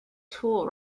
tool